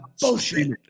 Bullshit